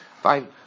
Fine